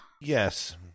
Yes